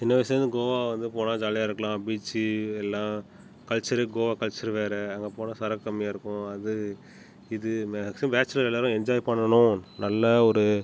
சின்ன வயசுலேருந்து கோவா வந்து போனால் ஜாலியாக இருக்கலாம் பீச் எல்லாம் கல்ச்சுரே கோவா கல்ச்சுரே வேறு அங்கே போனால் சரக்கு கம்மியாக இருக்கும் அது இது மேக்சிமம் பேச்சுலர் எல்லாேரும் என்ஜாய் பண்ணணும் நல்ல ஒரு